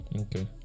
Okay